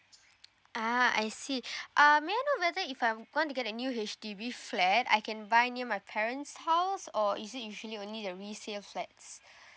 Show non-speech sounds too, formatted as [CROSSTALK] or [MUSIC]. ah I see [BREATH] uh may I know whether if I'm going to get a new H_D_B flat I can buy near my parent's house or is it usually only the resale flat